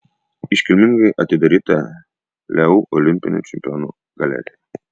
iškilmingai atidaryta leu olimpinių čempionų galerija